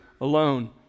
alone